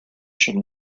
should